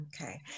Okay